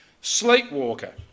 sleepwalker